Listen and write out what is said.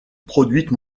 produites